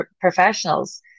professionals